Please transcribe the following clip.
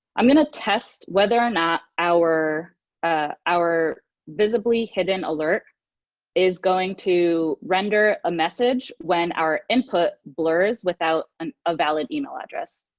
i'm going to test whether or not our ah our visibly hidden alert is going to render a message when our input blurs without and a valid email address.